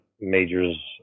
majors